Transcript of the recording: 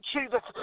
Jesus